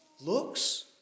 looks